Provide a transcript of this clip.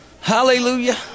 Hallelujah